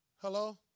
Hello